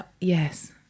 yes